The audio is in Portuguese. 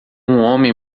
homem